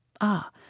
Ah